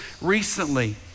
recently